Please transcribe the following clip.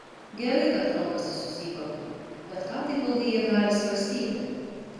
gerai kad kalbasi su zybartu bet ką taip ilgai jie gali svarstyti